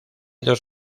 dos